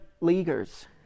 leaguers